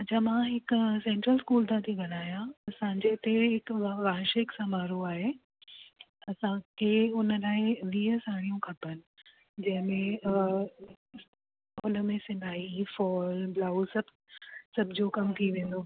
अछा मां हिकु सैंट्रल स्कूल सां थी ॻाल्हायां असांजे हिते हिकु वार्षिक समारोह आहे असांखे उन लाइ वीह साड़ियूं खपनि जंहिंमें हुन में सिलाई फॉल ब्लाउज़ सभु सभ जो कम थी वेंदो